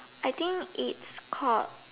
I think it's called